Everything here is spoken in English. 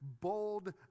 bold